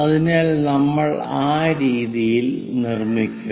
അതിനാൽ നമ്മൾ ആ രീതിയിൽ നിർമ്മിക്കും